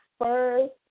first